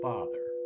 Father